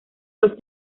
los